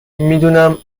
میدونم